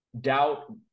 doubt